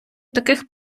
таких